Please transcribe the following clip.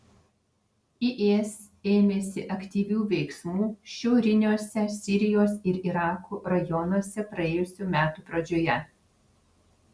is ėmėsi aktyvių veiksmų šiauriniuose sirijos ir irako rajonuose praėjusių metų pradžioje